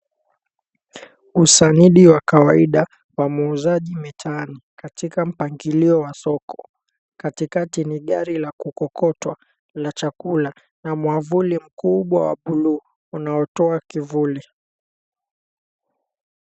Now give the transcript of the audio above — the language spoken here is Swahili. Usanidi wa kawaida wa muuzaji mitaani katika mpangilio wa soko, katikakati ni gari la kukokotwa la chakula na mwavuli mkubwa wa (cs)blue(cs) unaotoa kivuli.